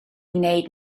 wneud